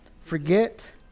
forget